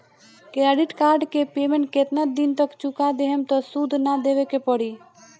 Credit card के payment केतना दिन तक चुका देहम त सूद ना देवे के पड़ी?